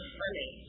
funny